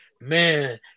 man